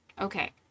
okay